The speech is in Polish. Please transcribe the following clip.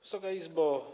Wysoka Izbo!